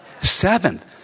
Seventh